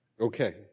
Okay